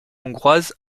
hongroise